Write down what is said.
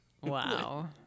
Wow